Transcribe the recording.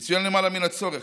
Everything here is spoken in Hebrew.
יצוין, למעלה מן הצורך,